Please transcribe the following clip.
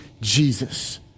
Jesus